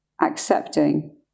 accepting